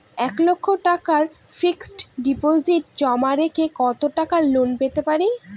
এক লক্ষ টাকার ফিক্সড ডিপোজিট জমা রেখে কত টাকা লোন পেতে পারি?